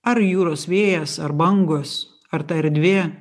ar jūros vėjas ar bangos ar ta erdvė